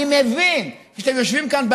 אני מבין שאתם יושבים כאן,